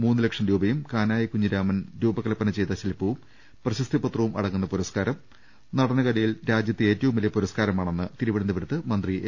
മൂന്ന് ലക്ഷം രൂപയും കാനായ് കുഞ്ഞിരാമൻ രൂപകൽപ്പന ചെയ്ത ശിൽപ്പവും പ്രശസ്തി പത്രവും അടങ്ങുന്ന പുര സ്കാരം നടനകലയിൽ രാജ്യത്തെ ഏറ്റവും വലിയ പുരസ്കാരമാ ണെന്ന് തിരുവനന്തപുരത്ത് മന്ത്രി എ